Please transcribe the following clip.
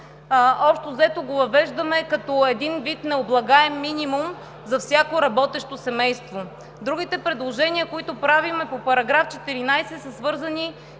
Общо взето го въвеждаме като един вид необлагаем минимум за всяко работещо семейство. Другите предложения, които правим по § 14, са свързани